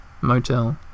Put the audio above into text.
Motel